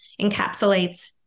encapsulates